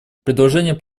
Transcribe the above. предложения